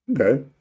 Okay